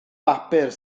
bapur